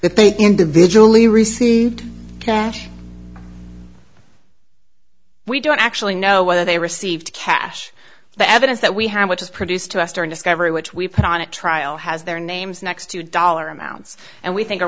they individually receive cash we don't actually know whether they received cash but evidence that we have which is produced to us during discovery which we put on a trial has their names next to dollar amounts and we think a re